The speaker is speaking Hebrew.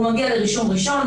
הוא מגיע לרישום ראשון,